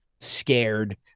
scared